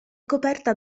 coperta